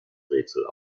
rätsel